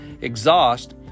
exhaust